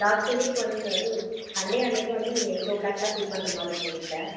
last week வந் அது Sunday அன்னைக்கு வந்து நீங்கள் எயிட் ஓ கிளாக்லாம் பிக் பண்ணுற மாதிரி இருக்கும் வீட்டில்